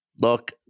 look